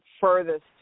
furthest